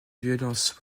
violences